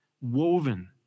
woven